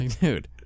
Dude